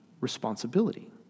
responsibility